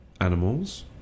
animals